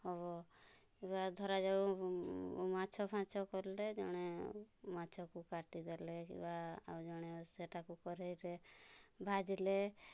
ହେବ ଧରାଯାଉ ମାଛଫାଛ କଲେ ଜଣେ ମାଛକୁ କାଟିଦେଲେ କିବା ଆଉ ଜଣେ ସେଟାକୁ କରେଇରେ ଭାଜିଲେ